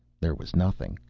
there was nothing.